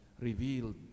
revealed